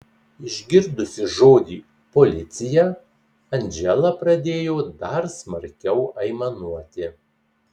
išgirdusi žodį policija andžela pradėjo dar smarkiau aimanuoti